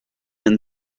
and